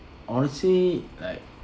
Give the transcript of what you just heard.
honestly like